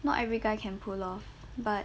not every guy can pull off but